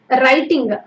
writing